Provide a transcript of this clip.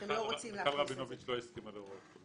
מיכל רבינוביץ לא הסכימה לזה.